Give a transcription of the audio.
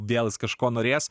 vėl jis kažko norės